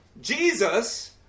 Jesus